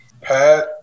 Pat